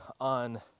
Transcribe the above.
on